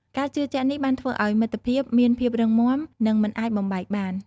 ការជឿជាក់នេះបានធ្វើឱ្យមិត្តភាពមានភាពរឹងមាំនិងមិនអាចបំបែកបាន។